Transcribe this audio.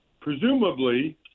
presumably